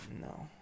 No